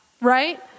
right